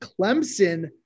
Clemson